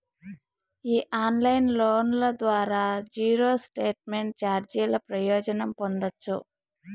ఈ ఆన్లైన్ లోన్ల ద్వారా జీరో స్టేట్మెంట్ చార్జీల ప్రయోజనం పొందచ్చు